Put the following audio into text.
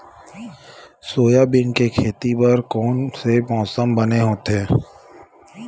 Soybean के खेती बर कोन से मौसम बने होथे?